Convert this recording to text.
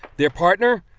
their partner,